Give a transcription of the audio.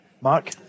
Mark